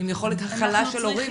עם יכולת ההכלה של ההורים,